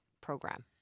program